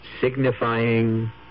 signifying